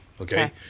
okay